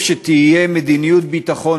ואני מוסיף ושואל: מהי מדיניות הביטחון